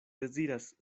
deziras